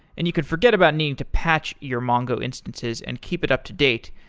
and you could forget about needing to patch your mongo instances and keep it up-to-date,